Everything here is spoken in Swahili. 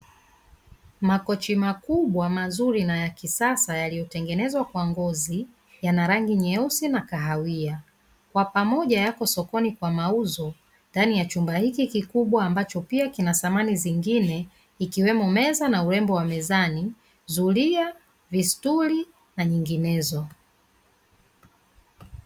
Makochi makubwa mazuri na ya kisasa yaliyotengenezwa kwa ngozi yana rangi nyeusi na kahawia. Kwa pamoja yako sokoni kwa mauzo ndani ya chumba hiki kikubwa ambacho pia kina samani zingine ikiwepo meza na urembo wa mezani, zulia, vistuli na nyinginezo.